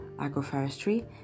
agroforestry